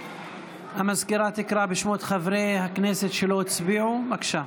המזכירה תקרא בשמות חברי הכנסת שלא הצביעו, בבקשה.